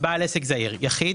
"בעל עסק זעיר" יחיד,